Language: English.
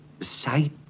sight